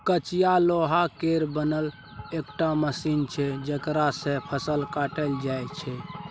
कचिया लोहा केर बनल एकटा मशीन छै जकरा सँ फसल काटल जाइ छै